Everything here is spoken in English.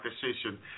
decision